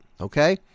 okay